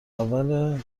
اول